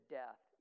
death